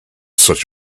such